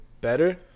better